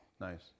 Nice